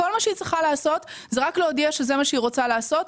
כל מה שהיא צריכה לעשות זה להודיע שזה מה שהיא רוצה לעשות.